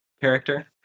character